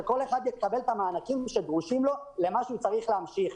שכל אחד יקבל את המענקים שדרושים לו למה שהוא צריך להמשיך.